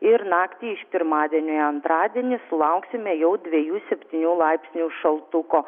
ir naktį iš pirmadienio į antradienį sulauksime jau dviejų septynių laipsnių šaltuko